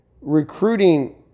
recruiting